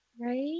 right